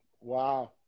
Wow